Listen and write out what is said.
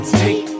take